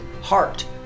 heart